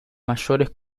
mayores